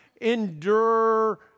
endure